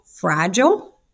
fragile